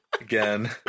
Again